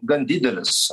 gan didelis